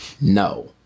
No